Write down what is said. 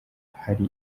hari